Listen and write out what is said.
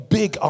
big